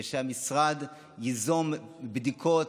ושהמשרד ייזום בדיקות,